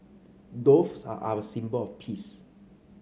doves are a symbol of peace